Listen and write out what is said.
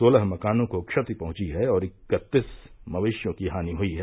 सोलह मकानों को क्षति पहुंची है और इक्कतीस मवेशियों की हानि हुई है